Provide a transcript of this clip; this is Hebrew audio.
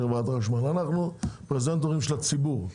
חברת החשמל; אנחנו פרזנטורים של הציבור.